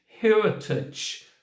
heritage